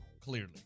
Clearly